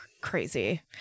crazy